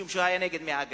משום שהוא היה נגד מהגרים.